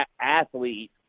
athlete